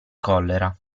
collera